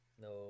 no